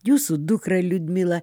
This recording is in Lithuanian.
jūsų dukrą liudmilą